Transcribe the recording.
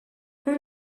اون